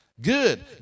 good